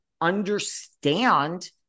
understand